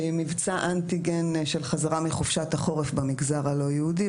שהיא מבצע אנטיגן של חזרה מחופשת החורף במגזר הלא-יהודי,